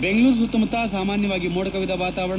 ಬೆಂಗಳೂರು ಸುತ್ತಮುತ್ತ ಸಾಮಾನ್ಯವಾಗಿ ಮೋಡಕವಿದ ವಾತಾವರಣ